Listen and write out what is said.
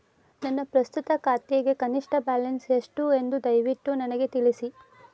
ನನ್ನ ಪ್ರಸ್ತುತ ಖಾತೆಗೆ ಕನಿಷ್ಟ ಬ್ಯಾಲೆನ್ಸ್ ಎಷ್ಟು ಎಂದು ದಯವಿಟ್ಟು ನನಗೆ ತಿಳಿಸಿ